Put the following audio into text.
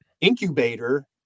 incubator